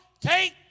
take